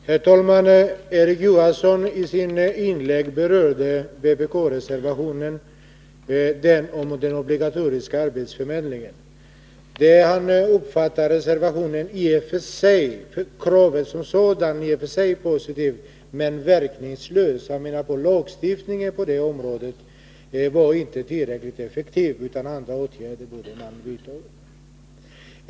Herr talman! Erik Johansson berörde i sitt inlägg vpk-reservationen om den obligatoriska arbetsförmedlingen. Han uppfattade kravet som i och för sig positivt men reservationen som verkningslös. Han ansåg att lagstiftningen på området inte är tillräckligt effektiv, och därför borde andra åtgärder vidtas.